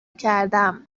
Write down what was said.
کردم